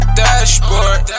dashboard